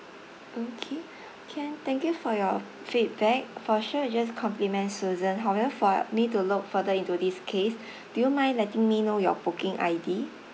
okay can thank you for your feedback for sure we just compliment susan however for me to look further into this case do you mind letting me know your booking I_D